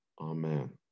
Amen